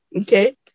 Okay